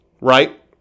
right